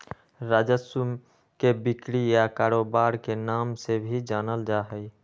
राजस्व के बिक्री या कारोबार के नाम से भी जानल जा हई